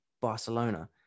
Barcelona